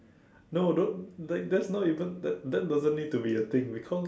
no don't like that's not even that that doesn't need to be a thing we call